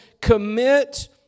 commit